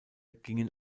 gingen